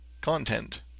content